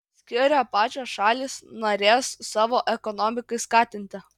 skiria pačios šalys narės savo ekonomikai skatinti